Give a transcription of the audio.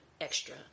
extra